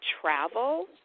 travel